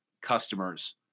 customers